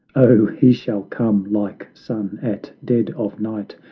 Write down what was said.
oh, he shall come like sun at dead of night,